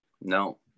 no